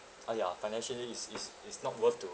ah ya financially it's it's it's not worth to